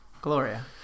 Gloria